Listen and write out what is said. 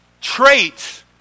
traits